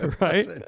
right